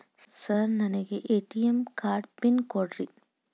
Sir ನನಗೆ ATM card pin ಕೊಡ್ರಿ?